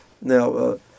Now